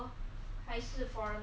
ah 有什么